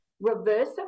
reverse